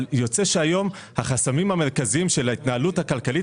יוצא שהיום החסמים המרכזיים של ההתנהלות הכלכלית